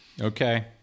Okay